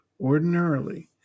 ordinarily